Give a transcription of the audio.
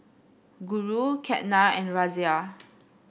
Guru Ketna and Razia